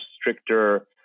stricter